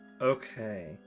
Okay